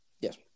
yes